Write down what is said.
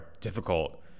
difficult